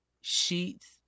sheets